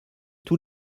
tous